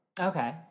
Okay